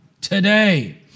today